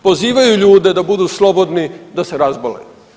Pozivaju ljude da budu slobodni da se razbole.